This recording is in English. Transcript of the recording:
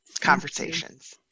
conversations